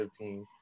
15